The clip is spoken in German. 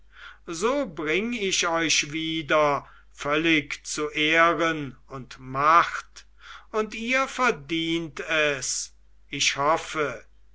so bring ich euch wieder völlig zu ehren und macht und ihr verdient es ich hoffe